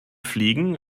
fliegen